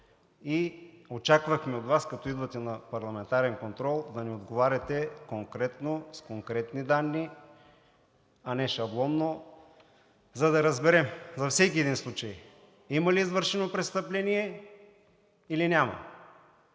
и очакваме от Вас, когато идвате на парламентарен контрол, да ни отговаряте конкретно, с конкретни данни, а не шаблонно, за да разберем във всеки един случай има ли извършено престъпление, или няма,